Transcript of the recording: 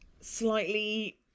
slightly